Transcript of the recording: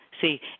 See